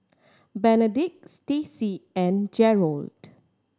Benedict Staci and Gerold